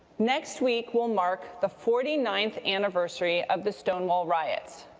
next week will mark the forty ninth anniversary of the stone wall riots,